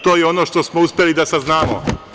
To je ono što smo uspeli da saznamo.